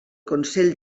consell